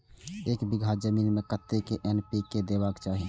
एक बिघा जमीन में कतेक एन.पी.के देबाक चाही?